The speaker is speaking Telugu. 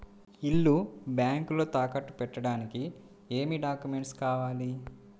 ఇల్లు బ్యాంకులో తాకట్టు పెట్టడానికి ఏమి డాక్యూమెంట్స్ కావాలి?